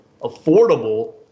affordable